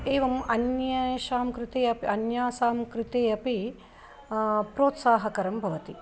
एवम् अन्येषां कृते अपि अन्यासां कृते अपि प्रोत्साहकरं भवति